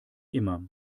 immer